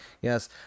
yes